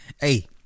Hey